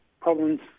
problems